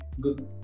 good